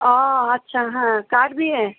ও আচ্ছা হ্যাঁ কার বিয়ে